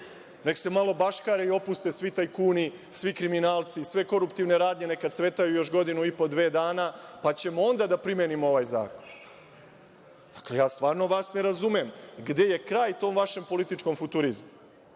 nek se malo baškare i opuste svi tajkuni, svi kriminalci, sve koruptivne radnje neka cvetaju još godinu i po, dve, dana, pa ćemo onda da primenimo ovaj zakon. Ja stvarno vas ne razumem, gde je kraj tom vašem političkom futurizmu? Pazite,